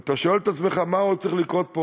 אתה שואל את עצמך: מה עוד צריך לקרות פה